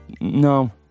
no